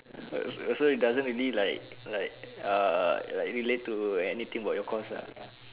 oh so so it doesn't really like like ah like relate to anything about your course lah